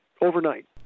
Overnight